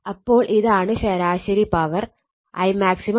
അപ്പോൾ ഇതാണ് ശരാശരി പവർ Imax √ 22 R